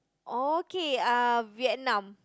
okay uh Vietnam